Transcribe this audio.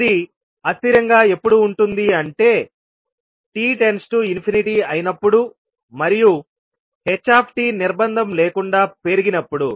అది అస్థిరంగా ఎప్పుడు ఉంటుంది అంటేt→∞అయినప్పుడు మరియు ht నిర్బంధం లేకుండా పెరిగినప్పుడు